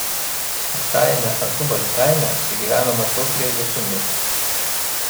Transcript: antrajame ažubalių kaime apsigyveno maždaug prieš dešimtmetį